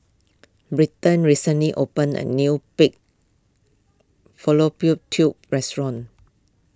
Britton recently opened a new Pig Fallopian Tubes restaurant